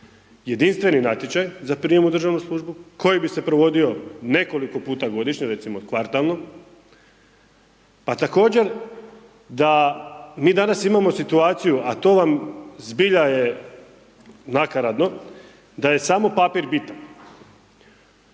jedinstveni natječaj za prijam u državnu službu koji bi se provodio nekoliko puta godišnje, recimo kvartalno, pa također da mi danas imamo situaciju, a to vam zbilja je nakaradno da je samo papir bitan.